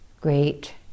great